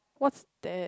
what's that